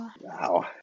wow